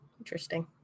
Interesting